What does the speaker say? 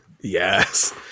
Yes